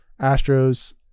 Astros